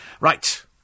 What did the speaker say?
Right